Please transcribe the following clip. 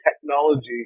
technology